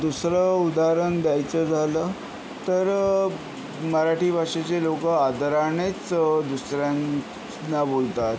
दुसरं उदाहरण द्यायचं झालं तर मराठी भाषेचे लोक आदरानेच दुसऱ्यांना बोलतात